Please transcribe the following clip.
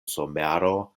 somero